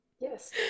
Yes